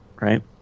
Right